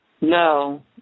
No